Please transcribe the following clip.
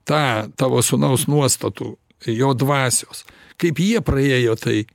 tą tavo sūnaus nuostatų jo dvasios kaip jie praėjo tai